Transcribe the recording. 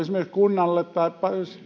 sille kunnalle tai